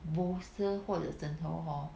bolster 或者枕头 hor